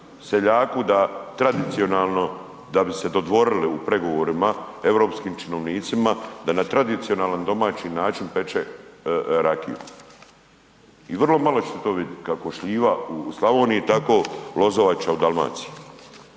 seljaku da tradicionalno da bi se dodvorili u pregovorima europskim činovnicima, da na tradicionalan domaći način peče rakiju i vrlo malo ćete to vidjet kako šljiva u Slavoniji tako lozovača u Dalmaciji.